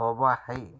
होबय हइ